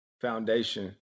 Foundation